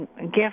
gift